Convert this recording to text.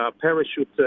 parachute